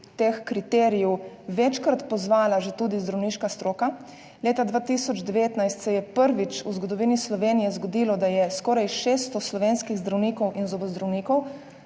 teh kriterijev večkrat pozvala že tudi zdravniška stroka. Leta 2019 se je prvič v zgodovini Slovenije zgodilo, da je skoraj 600 slovenskih zdravnikov in zobozdravnikov